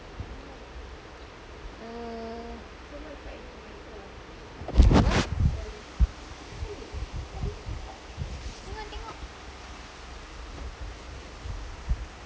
tengok tengok